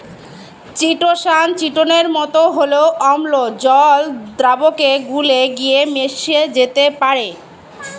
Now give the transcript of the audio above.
chitosan চিটোনের মতো হলেও অম্ল জল দ্রাবকে গুলে গিয়ে মিশে যেতে পারে